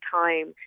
time